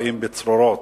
באים בצרורות.